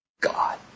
God